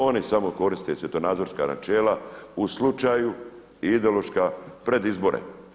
Oni samo koriste svjetonazorska načela, u slučaju ideološka pred izbore.